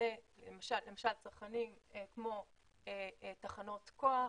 למשל צרכנים כמו תחנות כוח,